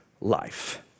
life